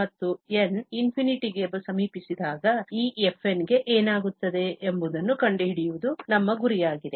ಮತ್ತು n ∞ ಗೆ ಸಮೀಪಿಸಿದಾಗ ಈ fn ಗೆ ಏನಾಗುತ್ತದೆ ಎಂಬುದನ್ನು ಕಂಡುಹಿಡಿಯುವುದು ನಮ್ಮ ಗುರಿಯಾಗಿದೆ